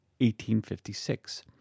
1856